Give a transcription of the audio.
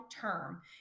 term